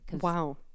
Wow